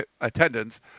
attendance